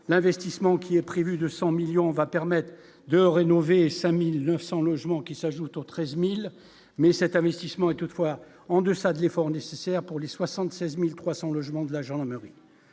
l'investissement qui est prévu, de 100 millions va permettre de rénover 5900 logements qui s'ajoutent aux 13000 mais cet investissement est toutefois en deçà de l'effort nécessaire pour les 76300 logements de la gendarmerie.